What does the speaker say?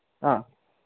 ആ